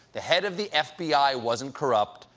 the head of the f b i. wasn't corrupt,